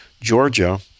Georgia